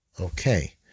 Okay